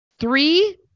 three